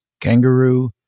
Kangaroo